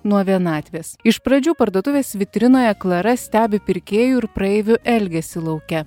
nuo vienatvės iš pradžių parduotuvės vitrinoje klara stebi pirkėjų ir praeivių elgesį lauke